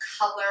color